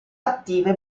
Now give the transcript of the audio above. attive